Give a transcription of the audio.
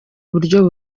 uburyo